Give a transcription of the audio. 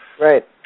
Right